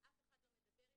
אף אחד לא מדבר איתי.